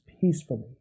peacefully